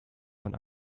von